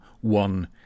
one